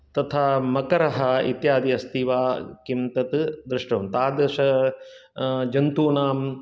तथा मकरः इत्यादि अस्ति वा किं तत् द्रष्टव्यं तादृश जन्तूनां